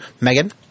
Megan